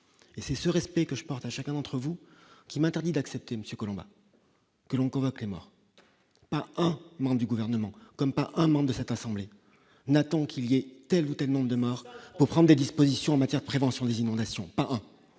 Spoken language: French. et c'est ce respect que je porte à chacun d'entre vous qui m'interdit d'accepter Monsieur Collombat. Que l'on convoque les morts, un membre du gouvernement comme un membre de cette assemblée n'attend qu'il y a telle ou telle nombre de morts pour prendre des dispositions en matière de prévention des inondations et donc